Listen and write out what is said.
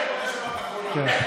אני מבקש, כן.